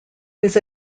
was